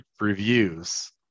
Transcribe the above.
reviews